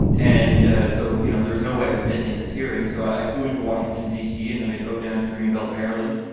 and and so, you know, there's no way i was missing this hearing. so i flew into washington, d c, and then i drove down to greenbelt, maryland.